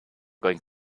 going